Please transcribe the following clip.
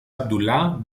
abdullah